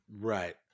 Right